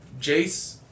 Jace